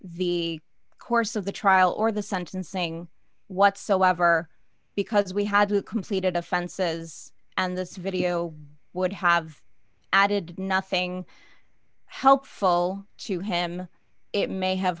the course of the trial or the sentencing whatsoever because we had completed offenses and this video would have added nothing helpful to him it may have